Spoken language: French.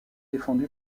défendu